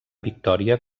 victòria